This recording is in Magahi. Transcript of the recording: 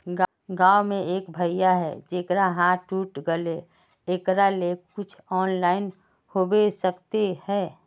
गाँव में एक भैया है जेकरा हाथ टूट गले एकरा ले कुछ ऑनलाइन होबे सकते है?